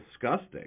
disgusting